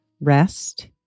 rest